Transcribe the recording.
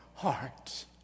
hearts